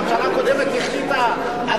הממשלה הקודמת החליטה על,